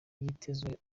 vyitezwe